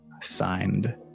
Signed